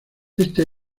este